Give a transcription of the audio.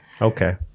Okay